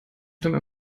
dem